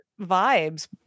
vibes